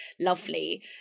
lovely